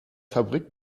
fabrik